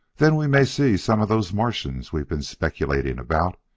then we may see some of those martians we've been speculating about.